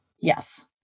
Yes